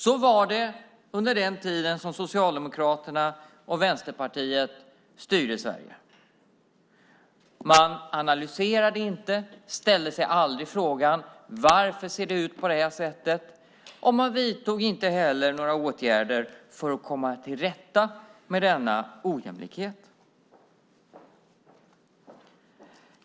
Så var det under den tid då Socialdemokraterna och Vänsterpartiet styrde Sverige. Man analyserade inte och ställde sig aldrig frågan: Varför ser det ut på det här sättet? Man vidtog inte heller några åtgärder för att komma till rätta med denna ojämlikhet.